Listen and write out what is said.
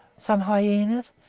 some hyenas,